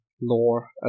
lore